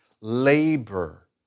labor